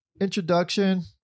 introduction